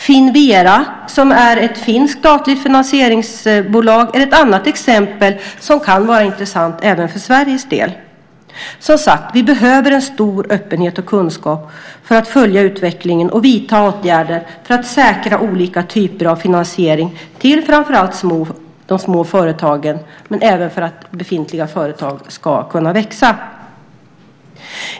Finnvera, som är ett finskt statligt finansieringsbolag, är ett annat exempel som kan vara intressant även för Sveriges del. Som sagt: Vi behöver en stor öppenhet och kunskap för att följa utvecklingen och vidta åtgärder för att säkra olika typer av finansiering till framför allt de små företagen, men även för att befintliga företag ska kunna växa.